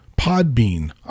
Podbean